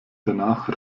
danach